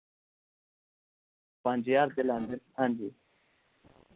पंज ज्हार रपे लैंदे हां जी